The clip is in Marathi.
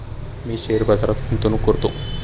मी शेअर बाजारात गुंतवणूक करतो